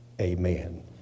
Amen